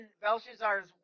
Belshazzar's